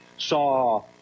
saw